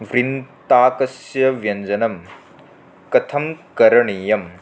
वृन्ताकस्य व्यञ्जनं कथं करणीयम्